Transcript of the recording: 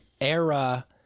era